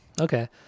Okay